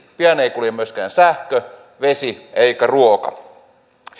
pian ei kulje myöskään sähkö vesi eikä ruoka